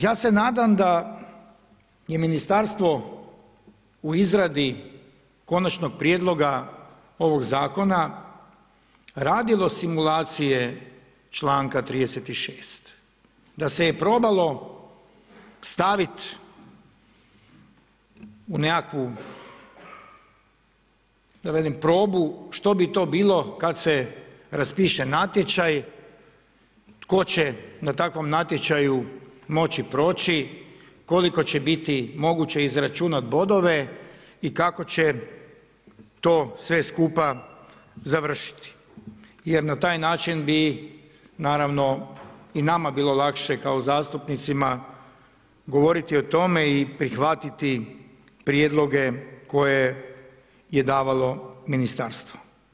Ja se nadam da je ministarstvo u izradi konačnog prijedloga ovog zakona radilo simulacije članka 36., da se je probalo staviti u nekakvu da velim probu što bi to bilo kada se raspiše natječaj, tko će na takvom natječaju moći proći, koliko će biti moguće izračunati bodove i kako će to sve skupa završiti jer na taj način bi naravno i nama bilo lakše kao zastupnicima govoriti o tome i prihvatiti prijedloge koje je davalo ministarstvo.